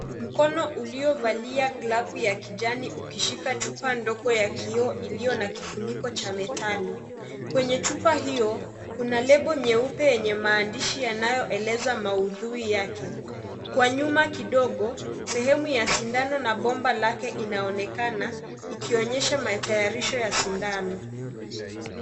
Mkono uliovalia glavu ya kijani ukishika chupa ndogo ya kioo iliyo na kifuniko cha metali. Kwenye chupa hiyo, kuna lebo nyeupe yenye maandishi yanayoeleza maudhui yake. Kwa nyuma kidogo, sehemu ya sindano na bomba lake inaonekana, ikionyesha matayarisho ya sindano.